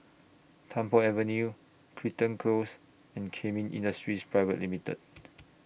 Tung Po Avenue Crichton Close and Kemin Industries Private Limited